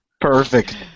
Perfect